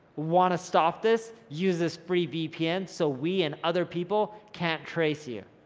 wanna stop this, use this free vpn so we and other people can't trace you.